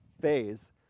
phase